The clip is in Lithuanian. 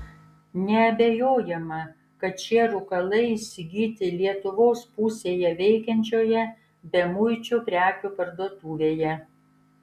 neabejojama kad šie rūkalai įsigyti lietuvos pusėje veikiančioje bemuičių prekių parduotuvėje